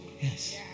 Yes